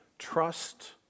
trust